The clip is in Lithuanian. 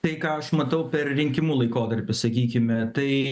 tai ką aš matau per rinkimų laikotarpį sakykime tai